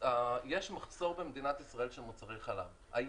יש מחסור של מוצרי חלב במדינת ישראל.